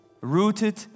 rooted